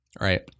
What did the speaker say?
Right